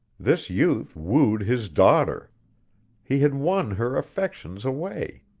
this youth wooed his daughter he had won her affections away.